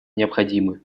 необходимы